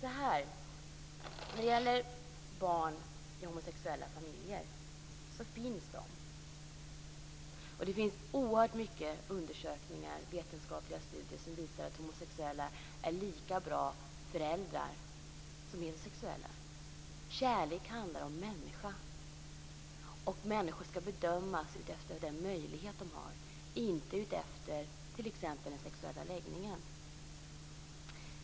När det gäller barn i homosexuella familjer så finns de. Det har gjorts många undersökningar och vetenskapliga studier som visar att homosexuella är lika bra föräldrar som heterosexuella. Kärlek handlar om människor, och de ska bedömas efter den möjlighet som de har, inte efter deras sexuella läggning.